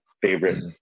favorite